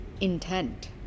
intent